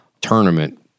tournament